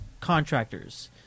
contractors